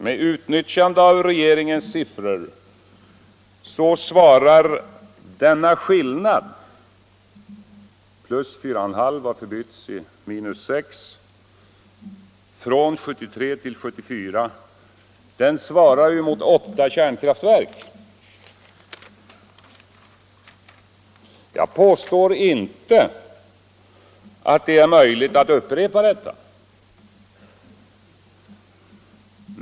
Med utnyttjande av regeringens siffror så svarar denna skillnad - 4,5 96 ökning har förbytts i 6 96 minskning — från år 1973 till 1974 mot åtta kärnkraftverk. Jag påstår inte att det är möjligt att upprepa denna minskning.